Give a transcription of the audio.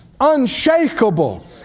unshakable